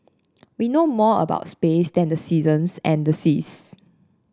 we know more about space than the seasons and the seas